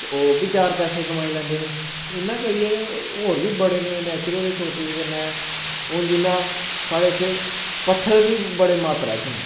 ते ओह् बी चार पैसे कमाई लैंदे न इन्ना करियै होर बी बड़े न नैचरल रिसोर्सेज कन्नै हून जिन्ना साढ़े इत्थै पत्थर बी बड़े मात्रा च न